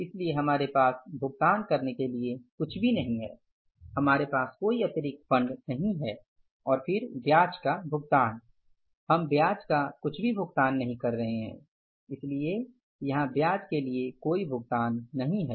इसलिए हमारे पास भुगतान करने के लिए कुछ भी नहीं है हमारे पास कोई अतिरिक्त फण्ड नहीं है और फिर ब्याज का भुगतान हम ब्याज का कुछ भी भुगतान नहीं कर रहे हैं इसलिए यहां ब्याज के लिए कोई भुगतान नहीं है